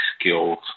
skills